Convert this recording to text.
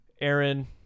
Aaron